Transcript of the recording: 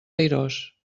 airós